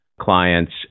clients